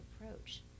approach